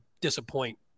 disappoint